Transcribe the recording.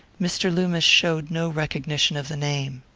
mr. loomis showed no recognition of the name.